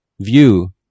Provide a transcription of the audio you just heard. view